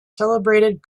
celebrated